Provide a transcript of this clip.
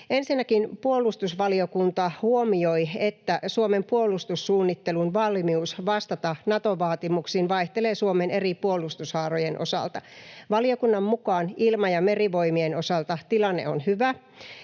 Ensinnäkin puolustusvaliokunta huomioi, että Suomen puolustussuunnittelun valmius vastata Nato-vaatimuksiin vaihtelee Suomen eri puolustushaarojen osalta. Valiokunnan mukaan Ilma- ja Merivoimien osalta tilanne on hyvä.